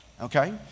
Okay